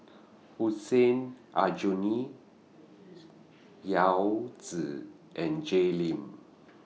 Hussein Aljunied Yao Zi and Jay Lim